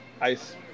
ice